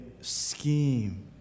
scheme